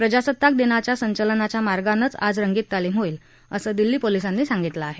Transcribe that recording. प्रजासत्ताक दिनाच्या संचलनाच्या मार्गानंच आज रंगीत तालीम होईल असं दिल्ली पोलिसांनी सांगितलं आहे